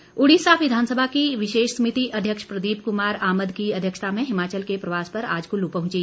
समिति प्रवास उड़िसा विधानसभा की विशेष समिति अध्यक्ष प्रदीप कुमार आमद की अध्यक्षता में हिमाचल के प्रवास पर आज कुल्लू पहुंची